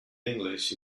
english